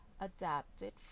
adapted